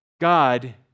God